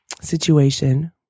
situation